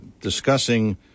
discussing